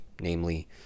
namely